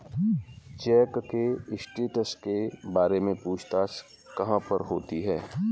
Check के status के बारे में पूछताछ कहाँ पर होती है?